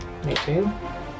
18